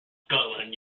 scotland